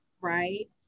right